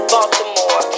Baltimore